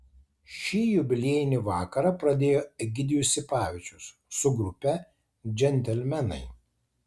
šį jubiliejinį vakarą pradėjo egidijus sipavičius su grupe džentelmenai